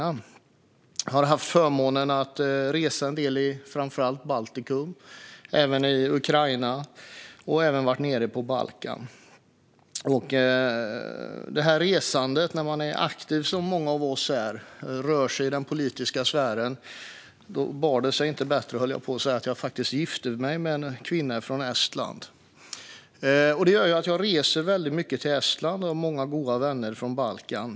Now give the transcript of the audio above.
Jag har haft förmånen att resa en del framför allt i Baltikum och i Ukraina och har även varit på Balkan, och det bar sig inte bättre - höll jag på att säga - än att det här resandet och min aktivitet i den politiska sfären ledde till att jag faktiskt gifte mig med en kvinna från Estland. Detta gör att jag reser väldigt mycket till Estland, och jag har många goda vänner från Balkan.